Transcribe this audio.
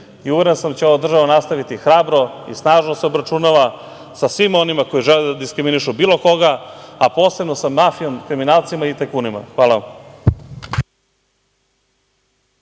i uveren sam da će ova država nastaviti hrabro i snažno da se obračunava sa svima onima koji žele da diskriminišu bilo koga, a posebno sa mafijom, kriminalcima i tajkunima. Hvala vam.